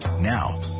Now